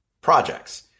projects